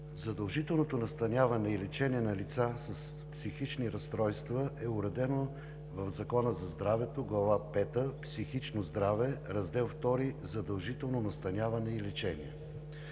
задължителното настаняване и лечение на лица с психични разстройства е уредено в Закона за здравето, Глава пета „Психично здраве“, Раздел втори „Задължително настаняване и лечение“.